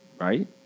right